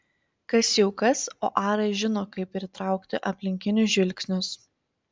kas jau kas o aras žino kaip pritraukti aplinkinių žvilgsnius